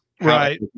Right